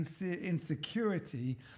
insecurity